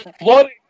flooding